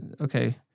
Okay